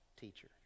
teacher